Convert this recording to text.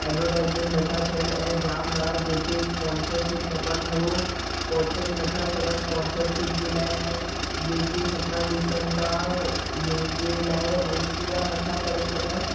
advertisement नथा थियनि ऐं जाम ॿार जंहिं खे स्पोंसरशीप खपनि उहो पहुचनि नथा सघनि स्पोंसरशीप जे लाइ जेके सुपिना ॾिसनि था जंहिं जे लाइ उहो पूरा नथा करे सघनि